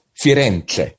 Firenze